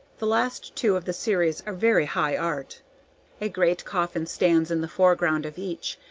the last two of the series are very high art a great coffin stands in the foreground of each,